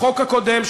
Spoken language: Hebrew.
בחוק הקודם,